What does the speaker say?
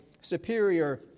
superior